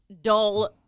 dull